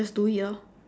just do it lor